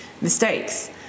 mistakes